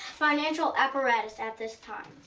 financial apparatus at this time.